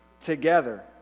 together